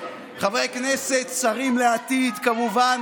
חברי כנסת, שרים לעתיד, כמובן